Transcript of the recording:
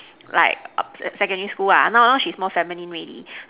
like err secondary school ah now she is more feminine already